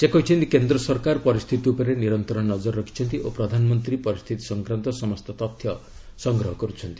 ସେ କହିଛନ୍ତି କେନ୍ଦ୍ର ସରକାର ପରିସ୍ଥିତି ଉପରେ ନିରନ୍ତର ନଜର ରଖିଛନ୍ତି ଓ ପ୍ରଧାନମନ୍ତ୍ରୀ ପରିସ୍ଥିତି ସଂକ୍ରାନ୍ତ ସମସ୍ତ ତଥ୍ୟ ସଂଗ୍ରହ କର୍ଚ୍ଚନ୍ତି